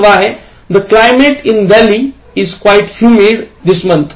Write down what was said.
सातवा The climate in Delhi is quite humid this month